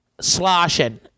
sloshing